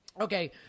Okay